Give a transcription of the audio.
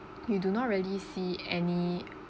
you do not really see any